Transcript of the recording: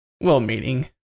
Well-meaning